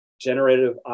generative